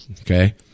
okay